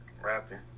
Rapping